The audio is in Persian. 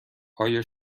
آیا